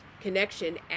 connection